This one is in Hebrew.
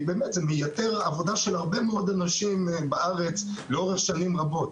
מה שאנחנו עושים מייתר עבודה של הרבה מאוד אנשים בארץ לאורך שנים רבות.